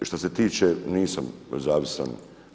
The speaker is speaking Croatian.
Što se tiče, nisam zavisan.